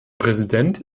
präsident